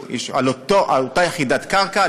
על אותה יחידת קרקע,